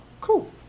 cool